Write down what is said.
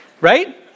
right